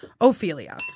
Ophelia